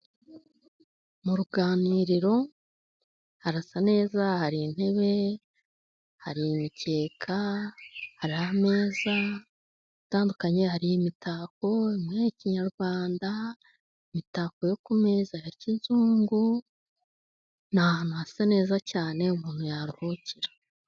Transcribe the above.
Mu ruganiriro harasa neza, hari intebe, hari imikeka, hari ameza atandukanye, hari imitako imwe ya kinyarwanda, imitako yo ku meza ya kizungu, ni ahantu hasa neza cyane umuntu yaruhukira.